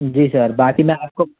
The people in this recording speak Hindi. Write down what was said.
जी सर बाकी मैं आपको